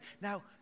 Now